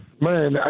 man